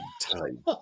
time